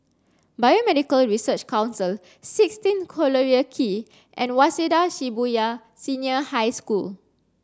Biomedical Research Council sixteen Collyer Quay and Waseda Shibuya Senior High School